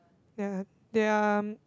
ya there are